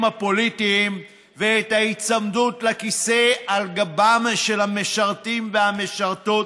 הפוליטיים ואת ההיצמדות לכיסא על גבם של המשרתים והמשרתות,